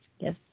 Yes